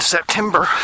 September